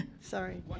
Sorry